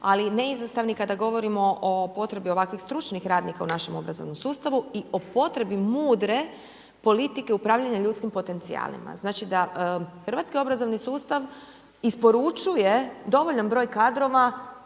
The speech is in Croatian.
ali neizostavni kada govorimo o potrebi ovakvih stručnih radnika u našem obrazovnom sustavu i o potrebi mudre politike upravljanja ljudskim potencijalima. Znači da hrvatski obrazovni sustav isporučuje dovoljan broj kadrova,